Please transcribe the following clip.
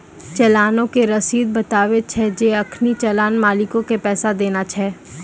चलानो के रशीद बताबै छै जे अखनि चलान मालिको के पैसा देना छै